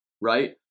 right